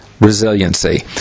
Resiliency